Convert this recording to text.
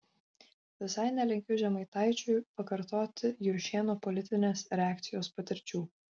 visai nelinkiu žemaitaičiui pakartoti juršėno politinės reakcijos patirčių